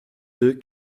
deux